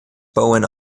bowen